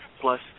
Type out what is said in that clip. Plus